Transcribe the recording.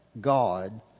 God